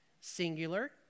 singular